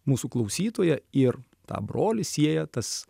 mūsų klausytoja ir tą brolį sieja tas